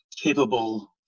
capable